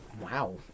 Wow